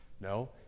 no